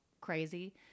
crazy